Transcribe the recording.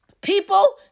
people